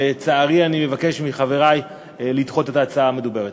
לצערי, אני מבקש מחברי לדחות את ההצעה המדוברת.